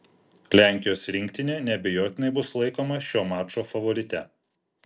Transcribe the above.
lenkijos rinktinė neabejotinai bus laikoma šio mačo favorite